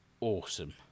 awesome